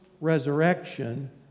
resurrection